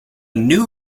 new